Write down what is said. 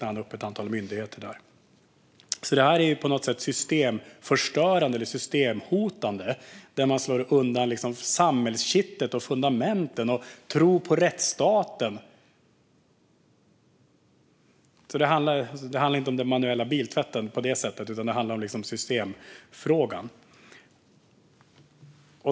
Det här är på något sätt systemförstörande eller systemhotande. Det slår undan samhällskittet, fundamenten och tron på rättsstaten. Det här handlar inte om den manuella biltvätten, utan det handlar om systemet.